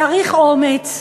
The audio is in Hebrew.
צריך אומץ.